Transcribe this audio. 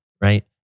right